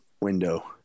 window